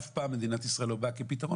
אף פעם מדינת ישראל לא באה כפתרון,